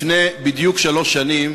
לפני שלוש שנים